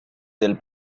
del